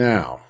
Now